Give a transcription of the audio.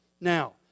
Now